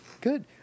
good